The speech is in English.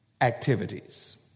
activities